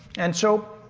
and so.